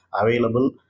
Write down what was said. available